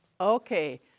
Okay